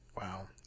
Wow